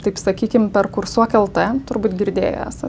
taip sakykim per kursuok lt turbūt girdėję esat